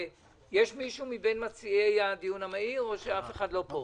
יש מישהו מבין מציעי הדיון המהיר או שאף אחד לא פה?